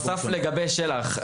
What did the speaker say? לגבי של״ח,